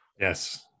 Yes